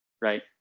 right